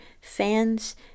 fans